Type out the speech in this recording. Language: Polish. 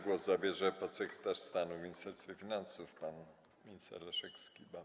Głos zabierze podsekretarz stanu w Ministerstwie Finansów pan minister Leszek Skiba.